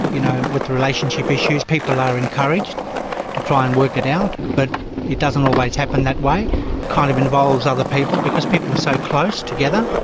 you know, with relationship issues people are encouraged to try and work it out, but it doesn't always happen that way. it kind of involves other people, because people are so close together.